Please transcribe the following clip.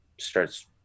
starts